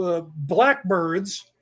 blackbirds